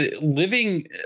living